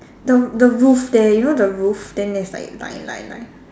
the the roof there you know the roof then there's like line line line